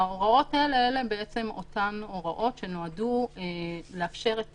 ההוראות האלה הן אותן הוראות שנועדו לאפשר את